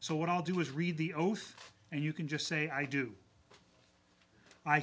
so what i'll do is read the oath and you can just say i do i